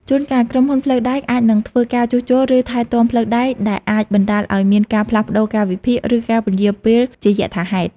ជួនកាល ក្រុមហ៊ុនផ្លូវដែកអាចនឹងធ្វើការជួសជុល ឬថែទាំផ្លូវដែក ដែលអាចបណ្ដាលឱ្យមានការផ្លាស់ប្តូរកាលវិភាគ ឬការពន្យារពេលជាយថាហេតុ។